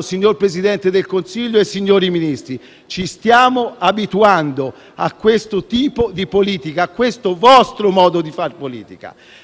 signor Presidente del Consiglio e signori Ministri, ci stiamo abituando a questo tipo di politica, a questo vostro modo di far politica.